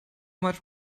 much